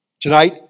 Tonight